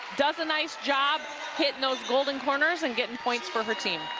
does a nice job hitting those golden corners and getting points for her team.